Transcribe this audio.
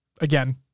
again